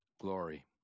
glory